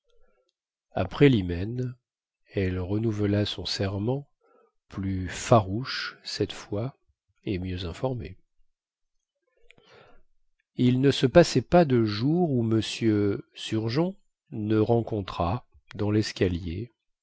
après lhymen elle renouvela son serment plus farouche cette fois et mieux informé il ne se passait pas de jour où m surgeon ne rencontrât dans lescalier